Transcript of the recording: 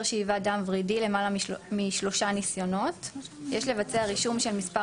שאיבת דם ורידי למעלה משלושה ניסיונות; יש לבצע רישום של מספר